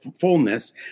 fullness